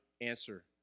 answer